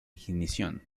ignición